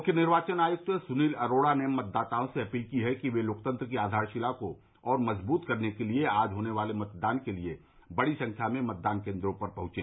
मुख्य निर्वाचन आयुक्त सुनील अरोड़ा ने मतदाताओं से अपील की है कि वे लोकतंत्र की आधारशिला को और मजबूत करने के लिए आज होने वाले मतदान के लिए बड़ी संख्या में मतदान केंद्रों में पहंचें